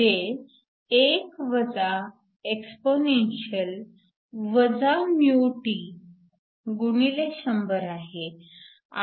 जे 1 exp μtx100 आहे आणि ते 99